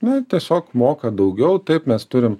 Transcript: na tiesiog moka daugiau taip mes turim